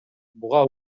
буга